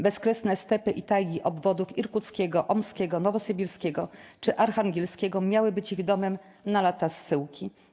Bezkresne stepy i tajgi obwodów irkuckiego, omskiego, nowosybirskiego czy archangielskiego miały być ich domem na lata zsyłki.